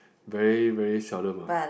very very seldom ah